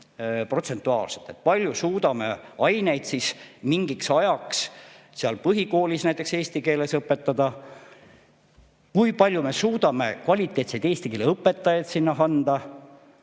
protsentuaalselt, kui palju me suudame aineid mingiks ajaks näiteks põhikoolis eesti keeles õpetada, kui palju me suudame kvaliteetseid eesti keele õpetajaid sinna anda.